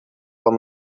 amb